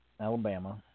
Alabama